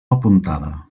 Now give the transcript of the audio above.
apuntada